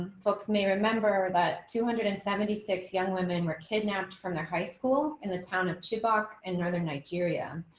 folks may remember that two hundred and seventy six young women were kidnapped from their high school in the town of tupac and northern nigeria.